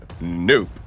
Nope